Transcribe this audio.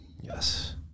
Yes